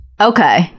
Okay